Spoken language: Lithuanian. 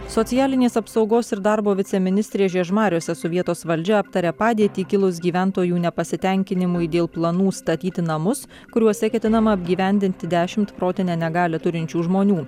socialinės apsaugos ir darbo viceministrė žiežmariuose su vietos valdžia aptarė padėtį kilus gyventojų nepasitenkinimui dėl planų statyti namus kuriuose ketinama apgyvendinti dešimt protinę negalią turinčių žmonių